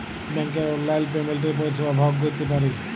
ব্যাংকের অললাইল পেমেল্টের পরিষেবা ভগ ক্যইরতে পারি